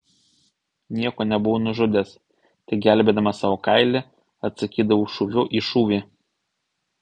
nieko nebuvau nužudęs tik gelbėdamas savo kailį atsakydavau šūviu į šūvį